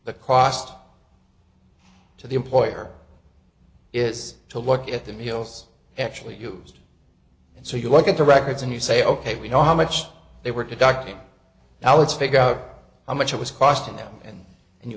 the cost to the employer is to look at the meals actually used and so you look at the records and you say ok we know how much they were conducting now let's figure out how much it was costing them and you